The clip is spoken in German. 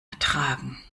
ertragen